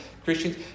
Christians